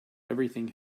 everything